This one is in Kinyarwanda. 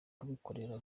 kubikorera